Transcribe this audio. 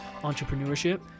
entrepreneurship